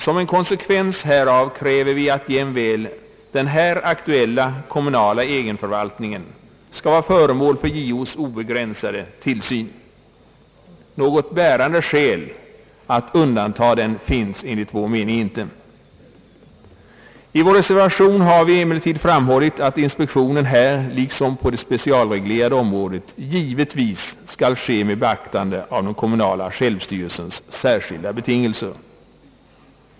Som en konsekvens härav kräver vi att jämväl den här aktuella kommunala egenförvaltningen skall vara föremål för JO:s obegränsade tillsyn. Något bärande skäl att undanta den finns enligt vår mening inte. I vår reservation har vi emellertid framhållit att inspektionerna här liksom på det specialreglerade området skall ske med beaktande av den kommunala självstyrelsens särskilda betingelser.